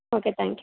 okay thank you